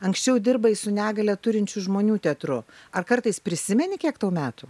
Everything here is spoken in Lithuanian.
anksčiau dirbai su negalią turinčių žmonių teatru ar kartais prisimeni kiek tau metų